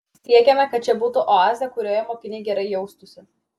siekiame kad čia būtų oazė kurioje mokiniai gerai jaustųsi